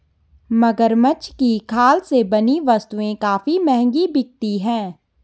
मगरमच्छ की खाल से बनी वस्तुएं काफी महंगी बिकती हैं